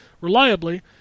reliably